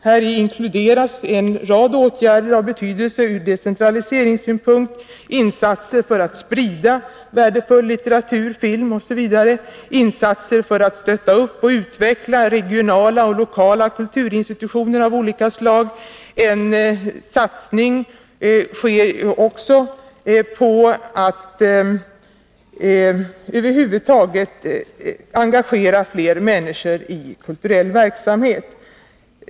Häri inkluderas en rad åtgärder av betydelse ur decentraliseringssynpunkt: insatser för att sprida värdefull litteratur, film osv., insatser för att stötta upp och utveckla regionala och lokala kulturinstitutioner av olika slag, liksom en satsning på att över huvud taget engagera fler människor i kulturell verksamhet.